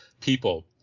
people